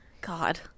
God